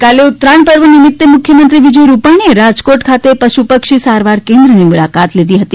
ગઇકાલે ઉતરાણ પર્વ નિમિત્તે મુખ્યમંત્રી વિજય રૂપાણીએ રાજકો ખાતે પશુ પક્ષી સારવાર કેન્દ્રની મુલાકાત લીધી હતી